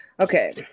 okay